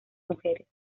mujeres